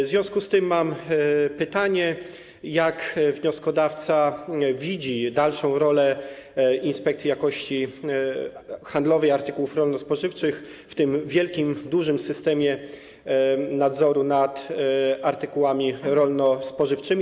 W związku z tym mam pytanie: Jak wnioskodawca widzi dalszą rolę Inspekcji Jakości Handlowej Artykułów Rolno-Spożywczych w tym wielkim systemie nadzoru nad artykułami rolno-spożywczymi?